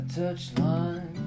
touchline